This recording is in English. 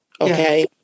Okay